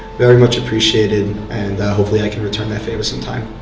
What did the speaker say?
very much appreciated and hopefully i can return that favor sometime.